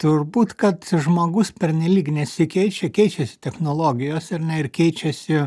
turbūt kad žmogus pernelyg nesikeičia keičiasi technologijos ar ne ir keičiasi